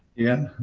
yeah,